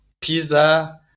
pizza